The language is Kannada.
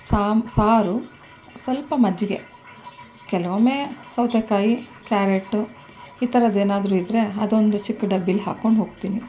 ಸಾಮ್ ಸಾರು ಸ್ವಲ್ಪ ಮಜ್ಜಿಗೆ ಕೆಲವೊಮ್ಮೆ ಸೌತೆಕಾಯಿ ಕ್ಯಾರೆಟು ಈ ಥರದ್ದು ಏನಾದ್ರೂ ಇದ್ದರೆ ಅದೊಂದು ಚಿಕ್ಕ ಡಬ್ಬಿಯಲ್ಲಿ ಹಾಕ್ಕೊಂಡು ಹೋಗ್ತೀನಿ